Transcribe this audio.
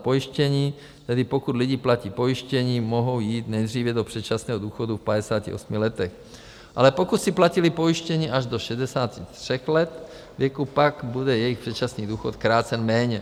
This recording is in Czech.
Pojištění, tedy pokud lidi platí pojištění, mohou jít nejdříve do předčasného důchodu v 58 letech, ale pokud si platili pojištění až do 63 let věku, pak bude jejich předčasný důchod krácen méně.